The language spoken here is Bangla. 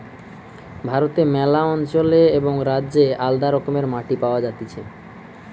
ভারতে ম্যালা অঞ্চলে এবং রাজ্যে আলদা রকমের মাটি পাওয়া যাতিছে